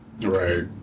Right